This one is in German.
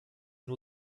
nur